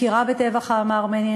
מכירה בטבח העם הארמני.